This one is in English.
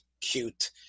cute